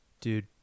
dude